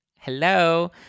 Hello